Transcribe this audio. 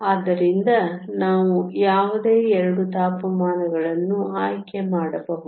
ಆದ್ದರಿಂದ ನಾವು ಯಾವುದೇ 2 ತಾಪಮಾನಗಳನ್ನು ಆಯ್ಕೆ ಮಾಡಬಹುದು